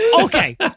Okay